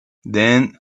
then